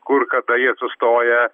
kur kada jie sustoja